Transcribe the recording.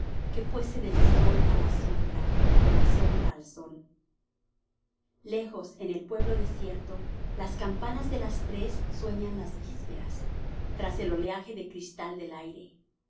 que fuese del sol á la sombra de la sombra al sol lejos en el pueblo desierto las campanas de las tres sueñan las vísperas tras el oleaje de cristal del aire